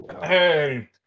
Hey